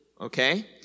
Okay